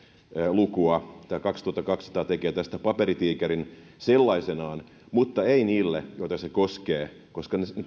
lukua tämä kaksituhattakaksisataa tekee tästä paperitiikerin sellaisenaan mutta ei niille joita se koskee koska